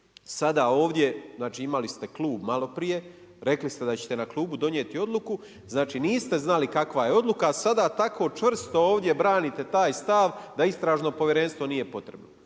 sada ovdje, znači imali ste klub maloprije. Rekli ste da ćete na klubu donijeti odluku, znači niste znali kakva je odluka, a sada tako čvrsto ovdje branite taj stav, da istražno povjerenstvo nije potrebno.